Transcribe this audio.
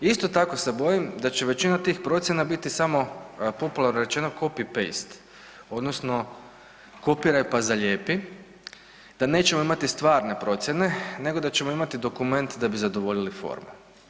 Isto tako se bojim da će većina tih procjena biti samo popularno rečeno copy paste, odnosno kopiraj pa zalijepi, da nećemo imati stvarne procjene, nego da ćemo imati dokument da bi zadovoljili formu.